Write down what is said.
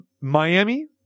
Miami